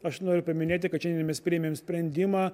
aš noriu paminėti kad šiandien mes priėmėm sprendimą